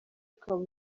ukaba